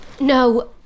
No